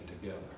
together